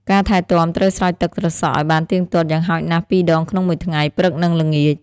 ការថែទាំត្រូវស្រោចទឹកត្រសក់ឲ្យបានទៀងទាត់ យ៉ាងហោចណាស់ពីរដងក្នុងមួយថ្ងៃ (ព្រឹក និងល្ងាច)។